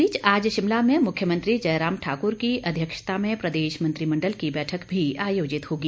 इस बीच आज शिमला में मुख्यमंत्री जयराम ठाकुर की अध्यक्षता में प्रदेश मंत्रिमंडल की बैठक भी आयोजित होगी